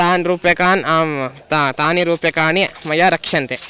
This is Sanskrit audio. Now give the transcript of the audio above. तानि रूप्यकाणि आं तानि तानि रूप्यकाणि मया रक्ष्यन्ते